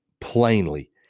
plainly